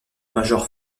major